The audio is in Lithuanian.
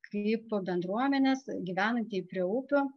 kaip bendruomenės gyvenantieji prie upių